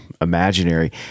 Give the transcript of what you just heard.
imaginary